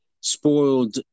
spoiled